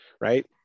right